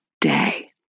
day